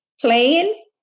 playing